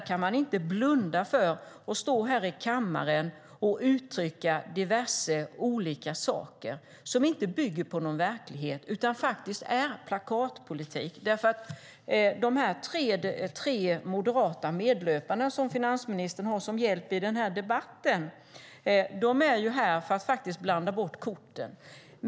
Man kan inte blunda för detta och stå här i kammaren och uttrycka diverse saker som inte bygger på någon verklighet utan som faktiskt är plakatpolitik. De tre moderata medlöpare som finansministern har som hjälp i den här debatten är ju här för att blanda bort korten.